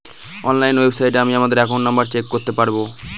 online ওয়েবসাইটে আমি আমাদের একাউন্ট নম্বর চেক করতে পারবো